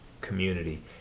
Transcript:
community